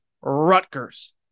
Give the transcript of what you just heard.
Rutgers